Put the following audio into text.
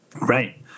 right